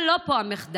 אבל לא פה המחדל.